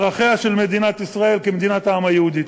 ערכיה של מדינת ישראל כמדינת העם היהודי.